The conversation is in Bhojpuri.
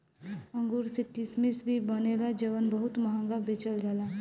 अंगूर से किसमिश भी बनेला जवन बहुत महंगा बेचल जाला